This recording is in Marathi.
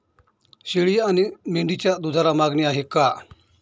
शेळी आणि मेंढीच्या दूधाला मागणी आहे का?